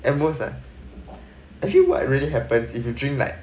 at most lah actually what really happens if you drink like